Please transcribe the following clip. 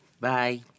Bye